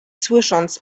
słysząc